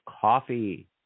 coffee